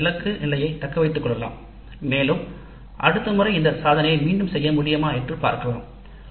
அல்லது அதே இலக்கு நிலை தக்க வைத்துக் கொள்ளலாம் அடுத்த முறை இந்த சாதனையை மீண்டும் செய்ய முடியுமா என்று பார்க்கலாம்